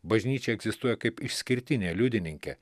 bažnyčia egzistuoja kaip išskirtinė liudininkė